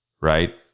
right